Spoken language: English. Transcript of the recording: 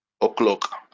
o'clock